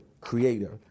creator